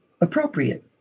appropriate